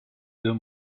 deux